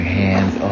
hands